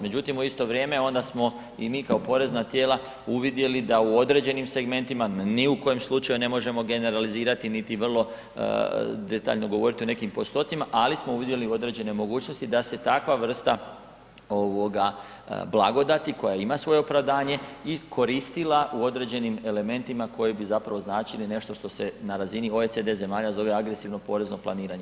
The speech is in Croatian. Međutim u isto vrijeme onda smo i mi kao porezna tijela uvidjeli da u određenim segmentima ni u kojem slučaju ne možemo generalizirati niti vrlo detaljno govoriti o nekim postocima, ali smo uvidjeli određene mogućnosti da se takva vrsta ovoga blagodati, koja ima svoje opravdanje i koristila u određenim elementima koji bi zapravo značili nešto što se na razini OECD zemalja zove agresivno porezno planiranje.